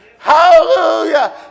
Hallelujah